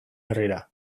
herrira